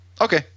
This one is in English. Okay